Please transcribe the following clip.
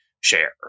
share